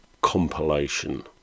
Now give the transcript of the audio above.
compilation